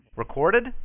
Recorded